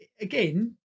again